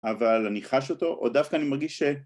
אבל אני חש אותו, או דווקא אני מרגיש ש...